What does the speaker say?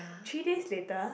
three days later